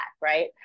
right